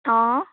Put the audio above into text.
অঁ